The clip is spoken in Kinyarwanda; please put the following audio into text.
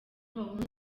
abahungu